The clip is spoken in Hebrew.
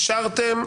אישרתם,